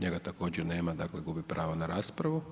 njega također nema, dakle gubi pravo na raspravu.